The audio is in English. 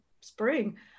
spring